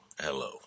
hello